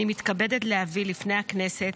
אני מתכבדת להביא בפני הכנסת,